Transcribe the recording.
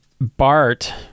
bart